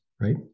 right